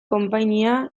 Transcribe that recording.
konpainia